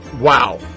wow